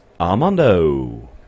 Armando